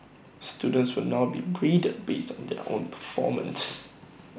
students will now be graded based on their own performance